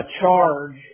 charge